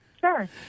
Sure